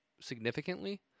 significantly